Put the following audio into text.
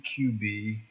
QB